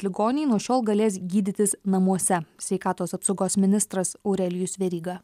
ligoniai nuo šiol galės gydytis namuose sveikatos apsaugos ministras aurelijus veryga